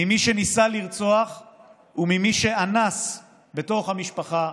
ממי שניסה לרצוח וממי שאנס בתוך המשפחה,